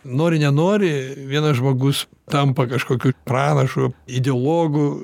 nori nenori vienas žmogus tampa kažkokiu pranašu ideologu